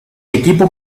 equipo